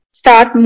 start